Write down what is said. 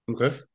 Okay